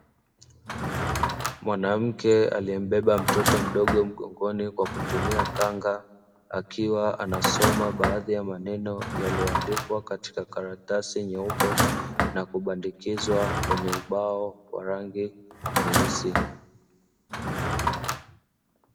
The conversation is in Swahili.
Mwanamke aliyembeba mtoto mdogo mgongoni kwa kutumia kanga, akiwa anasoma baadhi ya maneno yaliyoandikwa katika karatasi nyeupe na kubandikizwa kwenye ubao wa rangi nyeusi.